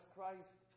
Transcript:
Christ